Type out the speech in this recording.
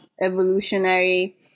evolutionary